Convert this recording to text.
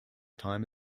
time